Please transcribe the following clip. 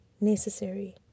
necessary